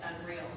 unreal